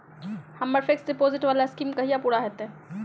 हम्मर fixed deposit वला scheme कहिया पूरा हैत?